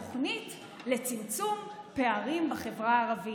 רק שאז נתניהו קרא לזה תוכנית לצמצום פערים בחברה הערבית.